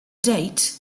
date